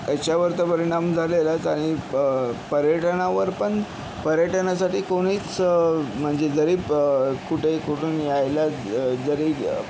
याच्यावर तर परिणाम झालेलाच आणि प पर्यटनावर पण पर्यटनासाठी कोणीच म्हणजे जरी प कुठेही कुठून यायला जरी